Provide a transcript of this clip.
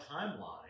timeline